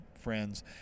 friends